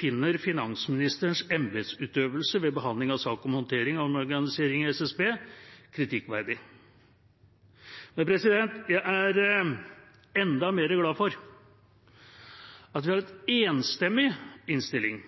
finner finansministerens embetsutøvelse ved behandling av sak om håndteringen av omorganiseringen i SSB kritikkverdig.» Men jeg er enda mer glad for at vi har en enstemmig innstilling